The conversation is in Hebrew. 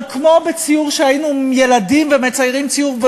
אבל כמו בציור, כשהיינו ילדים ומציירים ציור,